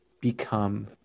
become